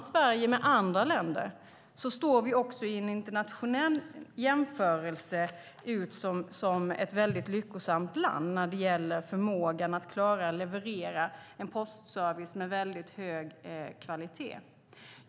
Sverige står vid en internationell jämförelse med andra länder ut som ett lyckosamt land när det gäller förmågan att klara av att leverera en postservice med hög kvalitet.